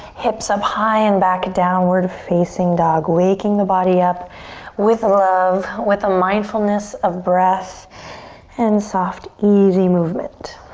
hips up high and back, downward facing dog. waking the body up with love, with a mindfulness of breath and soft, easy movement.